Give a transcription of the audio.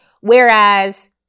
whereas